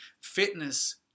Fitness